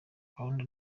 gahunda